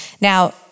Now